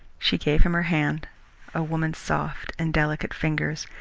she gave him her hand a woman's soft and delicate fingers,